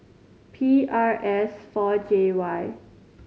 P R S four J Y